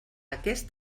aquest